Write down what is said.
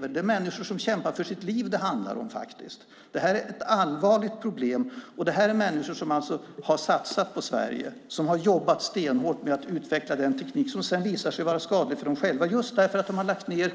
Det är faktiskt människor som kämpar för sitt liv det handlar om. Det här är ett allvarligt problem. Det här är människor som har satsat på Sverige, som har jobbat stenhårt med att utveckla den teknik som sedan visat sig vara skadlig för dem själva just därför att de har lagt ned